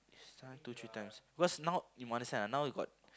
this one two three times because now you must understand ah now you got